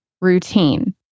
routine